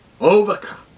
overcome